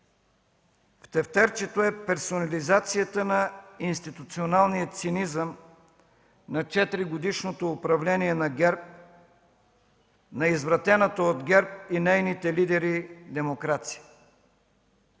в тефтерчето, е персонализацията на институционалния цинизъм на четиригодишното управление на ГЕРБ, на извратената от ГЕРБ и нейните лидери демокрация.